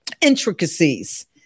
intricacies